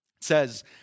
says